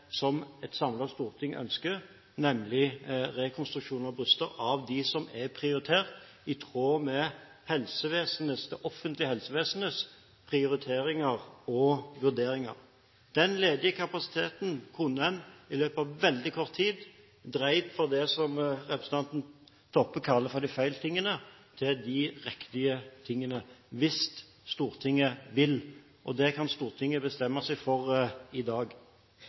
som et samlet storting ønsker, nemlig rekonstruksjon av bryster for dem som er prioritert, i tråd med det offentlige helsevesenets prioriteringer og vurderinger. Den ledige kapasiteten kunne en i løpet av veldig kort tid dreid fra det som representanten Toppe kaller «dei feile tinga», til de riktige tingene, hvis Stortinget vil, og det kan Stortinget bestemme seg for i dag.